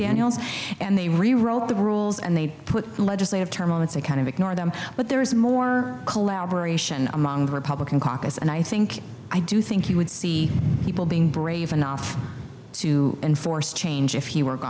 daniels and they rewrote the rules and they put the legislative term on it's a kind of ignore them but there is more collaboration among the republican caucus and i think i do think you would see people being brave enough to enforce change if you work